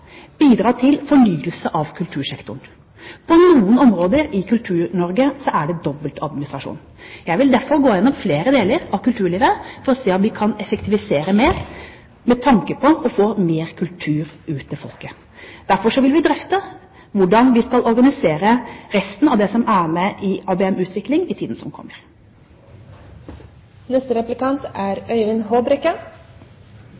bidra til fornyelse av kultursektoren. På noen områder i Kultur-Norge er det dobbel administrasjon. Jeg vil derfor gå gjennom flere deler av kulturlivet for å se om vi kan effektivisere mer med tanke på å få mer kultur ut til folket. Derfor vil vi drøfte hvordan vi skal organisere resten av det som er med i ABM-utvikling, i tiden som